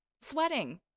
sweating